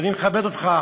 ואני מכבד אותך,